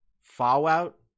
Fallout